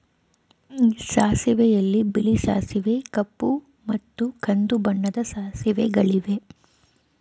ಸಾಸಿವೆಯಲ್ಲಿ ಬಿಳಿ ಸಾಸಿವೆ ಕಪ್ಪು ಮತ್ತು ಕಂದು ಬಣ್ಣದ ಸಾಸಿವೆಗಳಿವೆ